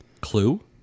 clue